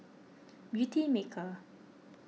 Beautymaker